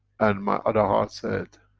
and my other heart said,